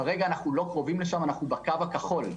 כרגע אנו בקו הכחול,